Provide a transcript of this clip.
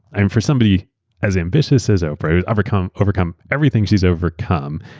and for somebody as ambitious as oprah, overcome overcome everything she's overcome,